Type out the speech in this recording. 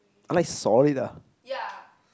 I like solid ah